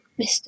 Mr